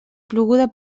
ploguda